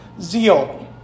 zeal